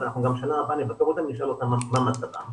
אנחנו גם שנה הבאה נבקר אותם, נשאל אותם מה מצבם.